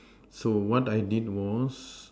so what I did was